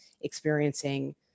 experiencing